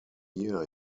year